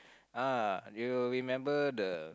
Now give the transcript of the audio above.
ah they will remember the